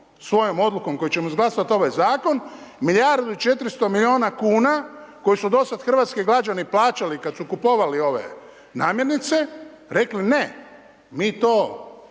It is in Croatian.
svojom odlukom s kojom ćemo izglasat ovaj zakon, milijardu i 400 milijuna kuna koji su dosad hrvatski građani plaćali kad su kupovali ove namirnice, rekli ne, mi to,